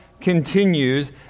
continues